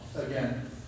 again